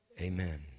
amen